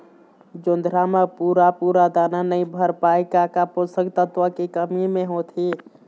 जोंधरा म पूरा पूरा दाना नई भर पाए का का पोषक तत्व के कमी मे होथे?